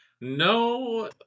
No